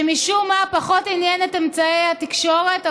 שמשום מה פחות עניין את אמצעי התקשורת,